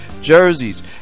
jerseys